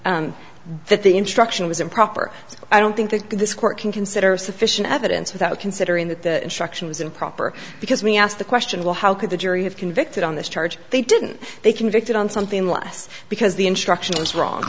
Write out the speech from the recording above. that the instruction was improper i don't think that this court can consider sufficient evidence without considering that the structure was improper because we asked the question well how could the jury have convicted on this charge they didn't they convicted on something less because the instruction was wrong